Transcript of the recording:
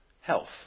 health